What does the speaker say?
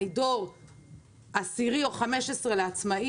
אני דור עשירי או 15 לעצמאים,